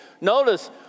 Notice